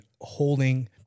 holding